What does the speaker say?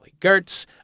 Gertz